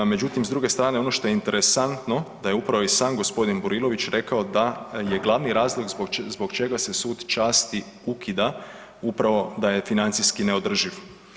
Međutim, s druge strane ono što je interesantno da je upravo i sam g. Burilović rekao da je glavni razlog zbog čega se Sud časti ukida upravo da je financijski neodrživ.